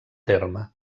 terme